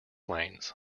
lanes